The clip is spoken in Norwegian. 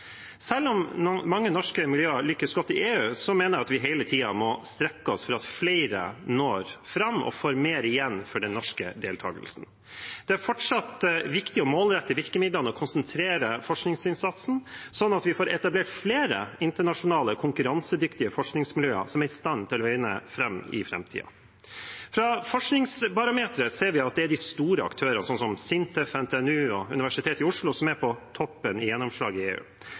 Selv om mange norske miljøer lykkes godt i EU, mener jeg at vi hele tiden må strekke oss for at flere når fram og får mer igjen for den norske deltagelsen. Det er fortsatt viktig å målrette virkemidlene og konsentrere forskningsinnsatsen sånn at vi får etablert flere internasjonale, konkurransedyktige forskningsmiljøer som er i stand til å vinne fram i framtiden. Fra Forskningsbarometeret ser vi at det er de store aktørene, som SINTEF, NTNU og Universitetet i Oslo, som er på toppen i gjennomslag i EU,